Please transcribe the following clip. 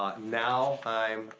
now i'm